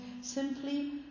simply